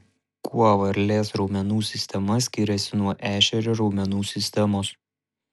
kuo varlės raumenų sistema skiriasi nuo ešerio raumenų sistemos